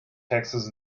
taxes